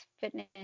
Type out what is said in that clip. fitness